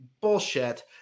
bullshit